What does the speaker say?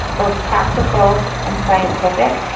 both practical and scientific,